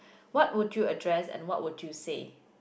what would you address and what would you say